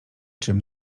czym